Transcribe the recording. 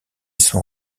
sont